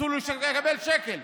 אסור לו לקבל שקל.